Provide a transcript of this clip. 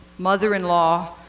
mother-in-law